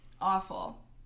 Awful